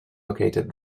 located